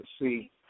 see